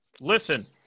Listen